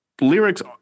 lyrics